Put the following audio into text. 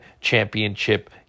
championship